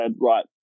right